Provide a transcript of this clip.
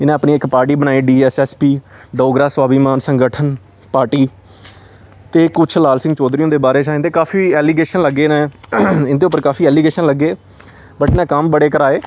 इ'नें अपनी इक पार्टी बनाई डीएसएसपी डोगरा स्वाभिमान संगठन पार्टी ते कुछ लाल सिंह चौधरी होंदे बारे च इंदे काफी ऐलीगेशन लग्गे न इं'दे उप्पर काफी ऐलीगेशन लग्गे बट इ'नें कम्म बड़े कराए